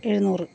എഴുനൂറ്